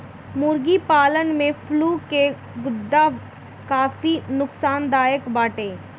मुर्गी पालन में फ्लू कअ मुद्दा काफी नोकसानदायक बाटे